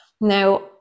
now